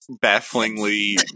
bafflingly